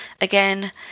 again